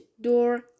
door